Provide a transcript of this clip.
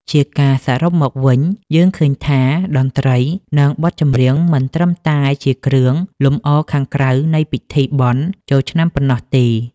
ជាការសរុបមកវិញ យើងឃើញថាតន្ត្រី និងបទចម្រៀងមិនត្រឹមតែជាគ្រឿងលម្អខាងក្រៅនៃពិធីបុណ្យចូលឆ្នាំខ្មែរប៉ុណ្ណោះទេ។